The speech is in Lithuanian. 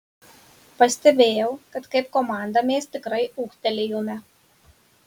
pastebėjau kad kaip komanda mes tikrai ūgtelėjome